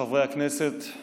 חברי הכנסת,